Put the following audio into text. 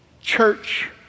church